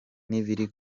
n’ibiri